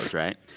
right?